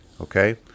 Okay